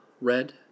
red